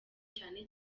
cyane